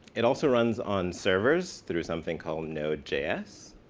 it also runs on servers through something called note js.